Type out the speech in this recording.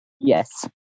Yes